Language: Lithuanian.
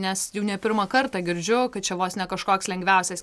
nes jau ne pirmą kartą girdžiu kad čia vos ne kažkoks lengviausias